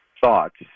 thoughts